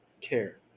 care